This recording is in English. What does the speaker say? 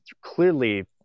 clearly